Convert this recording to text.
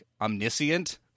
omniscient